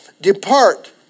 Depart